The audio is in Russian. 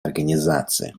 организации